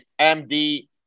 MD